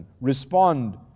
respond